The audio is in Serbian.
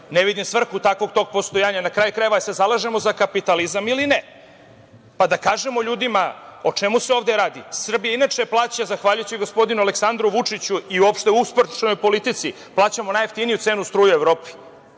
ne vidim svrhu takvog tog postojanja. Na kraju krajeva, jel se zalažemo za kapitalizam ili ne, pa kažemo ljudima o čemu se ovde radi. Srbija inače plaća, zahvaljujući gospodinu Aleksandru Vučiću i uopšte uspešnoj politici, plaćamo najjeftiniju cenu struje u Evropi,